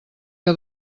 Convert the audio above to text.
que